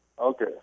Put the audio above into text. Okay